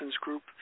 group